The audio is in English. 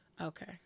Okay